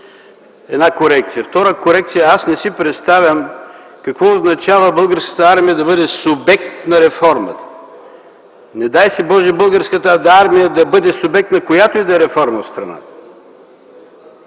едната корекция. Втората корекция, е, че аз не си представям какво означава Българската армия да бъде субект на реформата. Не дай си, Боже, Българската армия да бъде субект на която и да е реформа в страната.